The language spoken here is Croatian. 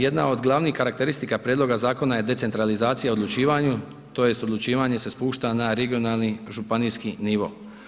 Jedna od glavnih karakteristika prijedloga zakona je decentralizacija u odlučivanju tj. odlučivanje se spušta na regionalni županijski nivo.